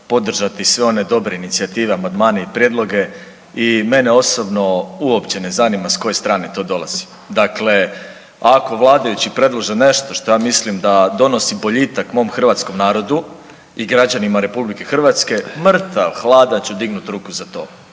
podržati sve one dobre inicijative, amandmane i prijedloge i mene osobno uopće ne zanima s koje strane to dolazi. Dakle, ako vladajući predlože nešto što ja mislim da donosi boljitak mom hrvatskom narodu i građanima Republike Hrvatske mrtav hladan ću dignuti ruku za to.